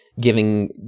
giving